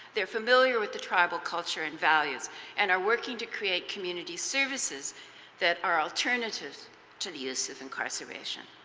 they are familiar with the tribal culture and values and are working to create community services that are alternatives to the use of incarceration.